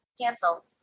Cancel